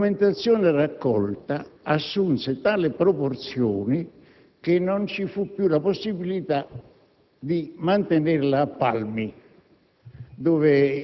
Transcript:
la documentazione raccolta assunse una tale proporzione che non ci fu più la possibilità di mantenerla a Palmi,